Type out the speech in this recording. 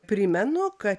primenu kad